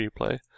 replay